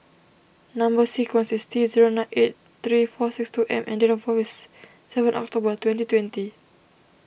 Number Sequence is T zero nine eight three four six two M and date of birth is seven October twenty twenty